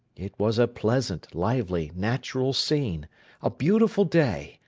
it was a pleasant, lively, natural scene a beautiful day,